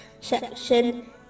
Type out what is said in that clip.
section